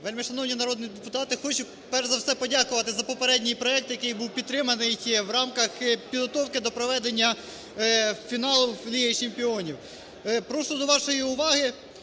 Вельмишановні народні депутати, хочу, перш за все, подякувати за попередній проект, який був підтриманий в рамках підготовки до проведення фіналу Ліги чемпіонів. Прошу до вашої уваги